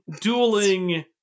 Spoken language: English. dueling